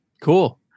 cool